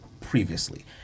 previously